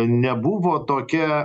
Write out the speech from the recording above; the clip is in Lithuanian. nebuvo tokia